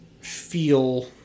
feel